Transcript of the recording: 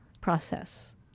process